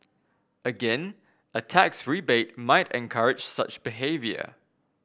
again a tax rebate might encourage such behaviour